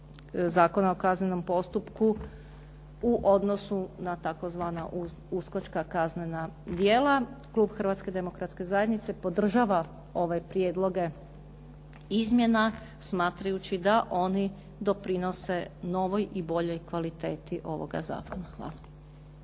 Zakona o kaznenom postupku u odnosu na tzv. uskočka kaznena djela. Klub Hrvatske demokratske zajednice podržava ove prijedloge izmjena smatrajući da oni doprinose novoj i boljoj kvaliteti ovoga zakona. Hvala.